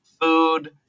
food